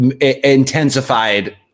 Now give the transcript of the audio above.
intensified